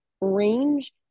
range